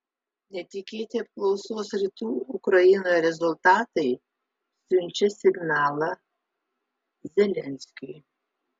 netikėti apklausos rytų ukrainoje rezultatai siunčia signalą zelenskiui